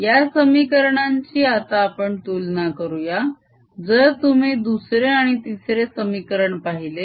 या समीकरणांची आता आपण तुलना करूया जर तुम्ही दुसरे आणि तिसरे समीकरण पाहिले